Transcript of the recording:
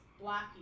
Black